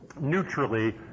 neutrally